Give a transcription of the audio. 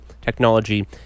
technology